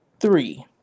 three